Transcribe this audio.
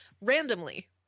randomly